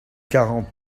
quarante